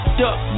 duck